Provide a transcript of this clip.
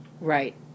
Right